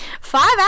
five